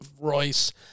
Royce